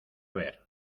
ver